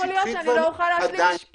זה לא יכול להיות שאני לא יכולה להשלים משפט.